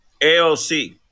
AOC